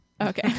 okay